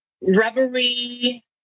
rubbery